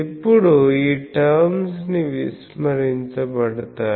ఇప్పుడు ఈ టర్మ్స్ విస్మరించబడుతాయి